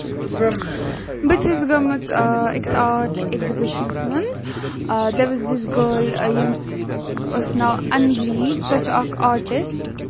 بہٕ چھَس گٔمٕژ أکِس آرٹ ایٚکزبِشنَس منٛز دِیر واز دِس گٔرل ییٚمِس اوس ناو اَندلیٖب سۄ چھِ اکھ آرٹِسٹ